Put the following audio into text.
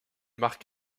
marque